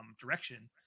direction